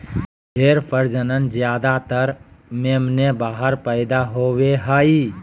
भेड़ प्रजनन ज्यादातर मेमने बाहर पैदा होवे हइ